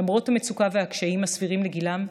למרות המצוקה והקשיים הסבירים לגילם,